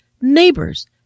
neighbors